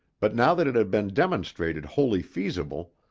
but now that it had been demonstrated wholly feasible,